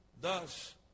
Thus